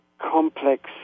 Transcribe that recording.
complex